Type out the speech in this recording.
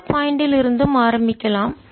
இந்த பாயிண்ட் ல் இருந்தும் ஆரம்பிக்கலாம்